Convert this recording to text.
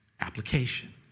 application